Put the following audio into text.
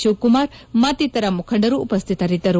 ಶಿವಕುಮಾರ್ ಮತ್ತಿತರ ಮುಖಂಡರು ಉಪಸ್ಡಿತರಿದ್ದರು